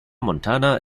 montana